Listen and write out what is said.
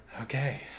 Okay